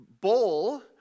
bowl